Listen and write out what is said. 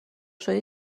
شدی